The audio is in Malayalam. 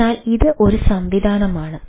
അതിനാൽ ഇത് ഒരു സംവിധാനമാണ്